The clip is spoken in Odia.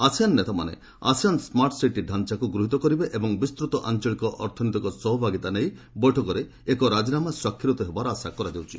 ଆସିଆନ୍ ନେତାମାନେ ଆସିଆନ୍ ସ୍କାର୍ଟ ସିଟି ଡାଞ୍ଚାକୁ ଗୃହୀତ କରିବେ ଏବଂ ବିସ୍ତୃତ ଆଞ୍ଚଳିକ ଅର୍ଥନୈତିକ ସହଭାଗିତା ନେଇ ବୈଠକରେ ଏକ ରାଜିନାମା ସ୍ୱାକ୍ଷରିତ ହେବାର ଆଶା କରାଯାଉଛି